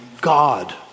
God